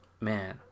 Man